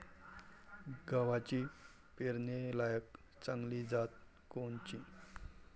गव्हाची पेरनीलायक चांगली जात कोनची?